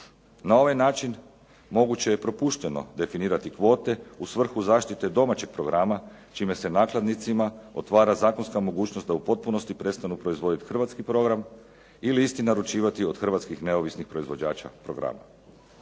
Na ovaj način moguće je propušteno definirati kvote u svrhu zaštite domaćeg programa čime se nakladnicima otvara zakonska mogućnost da u potpunosti prestanu proizvoditi hrvatski program ili isti naručivati od hrvatskih neovisnih proizvođača programa.